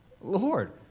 Lord